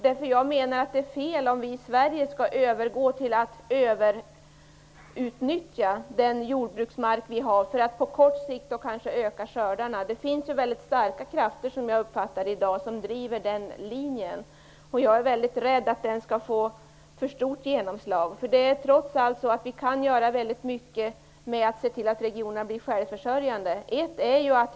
Det är fel enligt min mening om vi i Sverige skall övergå till att överutnyttja vår jordbruksmark för att kanske på kort sikt öka skördarna. Jag uppfattar att det i dag finns väldigt starka krafter som driver den linjen, och jag är väldigt rädd att den får alltför stort genomslag. Trots allt kan vi göra väldigt mycket genom att se till att regioner blir självförsörjande.